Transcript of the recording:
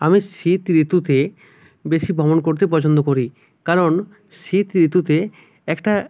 আমি শীত ঋতুতে বেশি ভ্রমণ করতে পছন্দ করি কারণ শীত ঋতুতে একটা